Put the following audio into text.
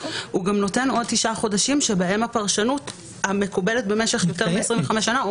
הוא גם נותן עוד תשעה חודשים שבהם הפרשנות המקובלת במשך יותר מ-25 שנה,